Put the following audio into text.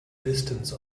distance